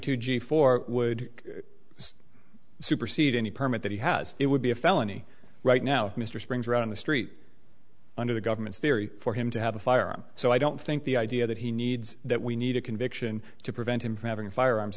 two g four would supersede any permit that he has it would be a felony right now if mr springs are on the street under the government's theory for him to have a firearm so i don't think the idea that he needs that we need a conviction to prevent him from having firearms